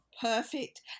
Perfect